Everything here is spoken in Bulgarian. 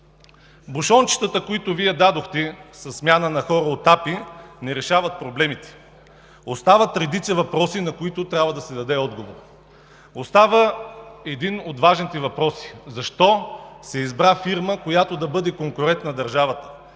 Бушончетата, които дадохте със смяна на хора от АПИ, не решават проблемите. Остават редица въпроси, на които трябва да се даде отговор. Остава един от важните въпроси: защо се избра фирма, която да бъде конкурент на държавата,